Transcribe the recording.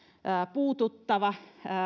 puututtava